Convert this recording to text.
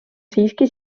siiski